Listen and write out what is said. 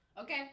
okay